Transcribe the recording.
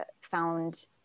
found